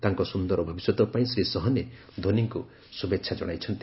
ତାଙ୍କ ସୁନ୍ଦର ଭବିଷ୍ୟତ ପାଇଁ ଶ୍ରୀ ସହନେ ଧୋନିଙ୍କୁ ଶୁଭେଚ୍ଛା ଜଣାଇଚ୍ଚନ୍ତି